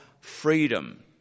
freedom